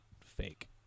fake